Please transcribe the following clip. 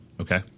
Okay